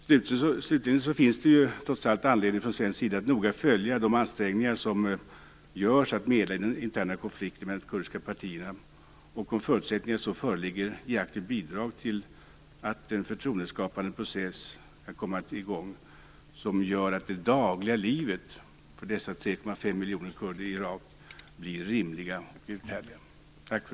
Slutligen finns det trots allt anledning att från svensk sida noga följa de ansträngningar som görs för att medla i den interna konflikten mellan de kurdiska partierna och, om förutsättningar föreligger, aktivt bidra till att en förtroendeskapande process kan komma i gång som gör att det dagliga livet för de 3,5 miljoner kurderna i Irak blir rimligt och uthärdligt.